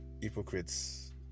hypocrites